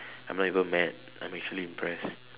I'm not even mad I'm actually impressed